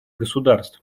государств